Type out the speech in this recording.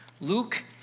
Luke